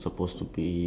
ya because